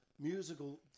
musical